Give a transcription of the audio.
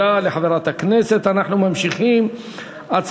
40 בעד, אין מתנגדים, אין נמנעים.